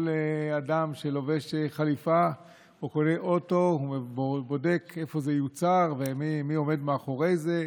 כל אדם שלובש חליפה או קונה אוטו בודק איפה זה יוצר ומי עומד מאחורי זה.